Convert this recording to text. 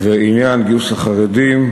עניין גיוס החרדים,